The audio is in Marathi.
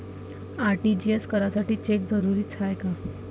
आर.टी.जी.एस करासाठी चेक जरुरीचा हाय काय?